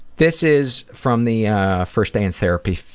this is from the first day in therapy,